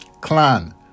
clan